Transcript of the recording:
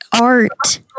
art